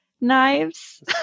knives